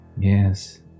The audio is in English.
Yes